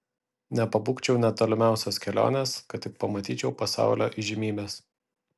nepabūgčiau net tolimiausios kelionės kad tik pamatyčiau pasaulio įžymybes